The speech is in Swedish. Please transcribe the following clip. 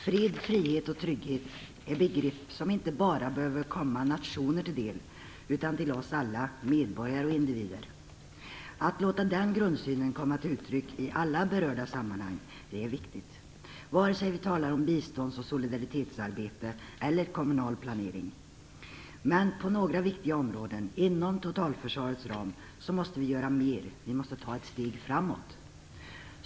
Fred, frihet och trygghet är begrepp som inte bara behöver komma nationer till del, utan oss alla medborgare och individer. Att låta den grundsynen komma till uttryck i alla berörda sammanhang är viktigt, vare sig vi talar om bistånds och solidaritetsarbete eller kommunal planering. Men på några viktiga områden inom totalförsvarets ram måste vi göra mer. Vi måste ta ett steg framåt.